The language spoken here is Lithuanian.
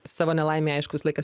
savo nelaimei aiškus laikas